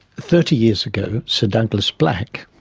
thirty years ago sir douglas black.